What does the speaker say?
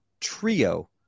trio